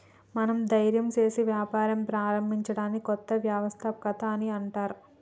మనం ధైర్యం సేసి వ్యాపారం ప్రారంభించడాన్ని కొత్త వ్యవస్థాపకత అని అంటర్